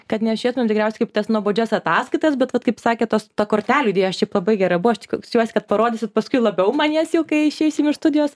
kad nežiūrėtumėm tikriausiai kaip tas nuobodžias ataskaitas bet vat kaip sakėt tos ta kortelių idėja šiaip labai gera buvo aš tik siuosi kad parodysit paskui labiau man jas jau kai išeisim iš studijos